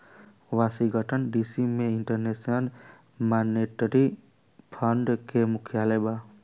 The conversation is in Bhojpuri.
वॉशिंगटन डी.सी में इंटरनेशनल मॉनेटरी फंड के मुख्यालय बा